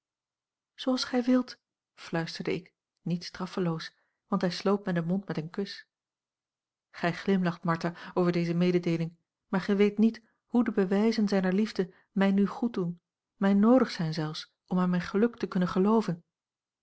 zooals gij wilt fluisterde ik niet straffeloos want hij sloot mij den mond met een kus gij glimlacht martha over deze mededeeling maar gij weet niet hoe de bewijzen zijner liefde mij nu goed doen mij noodig zijn zelfs om aan mijn geluk te kunnen gelooven